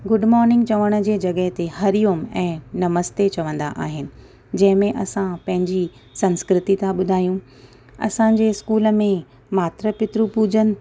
good morning चवण जे जॻह ते हरी ओम ऐं नमस्ते चवंदा आहिनि जंहिंमे असां पंहिंजी संस्कृति था ॿुधायूं असांजे स्कूल में मात्र पित्र पूजन